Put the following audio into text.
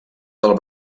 del